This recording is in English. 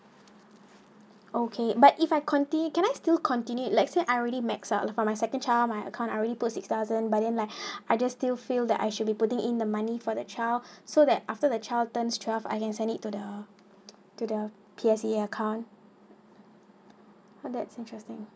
okay but if I continue can I still continued let's say l already max out for my second child my account I already put six thousand by then like I just still feel that I should be putting in the money for the child so that after the child turns twelve I can send it to the to the P_S_E account oh that's interesting